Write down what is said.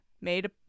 made